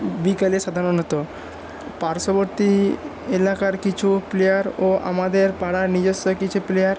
বিকালে সাধারণত পার্শ্ববর্তী এলাকার কিছু প্লেয়ার ও আমাদের পাড়ার নিজস্ব কিছু প্লেয়ার